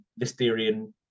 Listerian